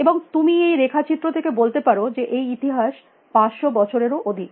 এবং তুমি এই রেখাচিত্র থেকে বলতে পারো যে এই ইতিহাস 500 বছরেরও অধিক